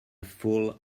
fool